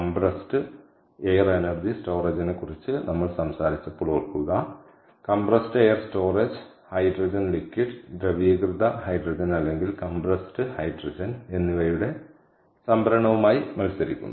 compressed air energy സ്റ്റോറേജിനെക്കുറിച്ച് നമ്മൾ സംസാരിച്ചപ്പോൾ ഓർക്കുക compressed air storage hydrogen liquid ദ്രവീകൃത ഹൈഡ്രജൻ അല്ലെങ്കിൽ കംപ്രസ്ഡ് ഹൈഡ്രജൻ എന്നിവയുടെ സംഭരണവുമായി മത്സരിക്കുന്നു